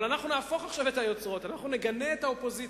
אבל אנחנו נהפוך עכשיו את היוצרות: אנחנו נגנה את האופוזיציה.